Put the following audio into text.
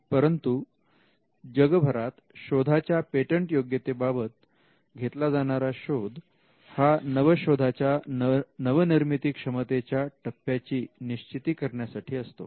परंतु जगभरात शोधाच्या पेटंटयोग्यते बाबत घेतला जाणारा शोध हा नवशोधाच्या नवनिर्मिती क्षमते च्या टप्प्याची निश्चिती करण्यासाठी असतो